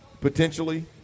potentially